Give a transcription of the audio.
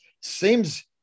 seems